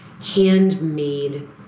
handmade